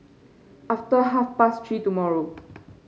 after half past Three tomorrow